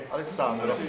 Alessandro